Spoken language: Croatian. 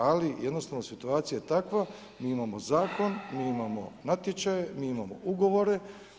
Ali jednostavno situacija je takva, mi imamo zakon, mi imamo natječaje, mi imamo ugovore.